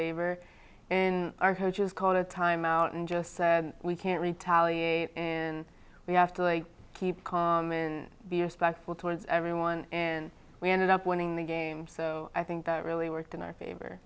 favor in our coaches call a timeout and just say we can't retaliate and we have to keep calm and be respectful towards everyone and we ended up winning the game so i think that really worked in our favor